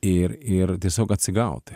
ir ir tiesiog atsigauti